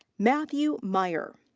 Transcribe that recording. matthew meyer.